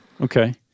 Okay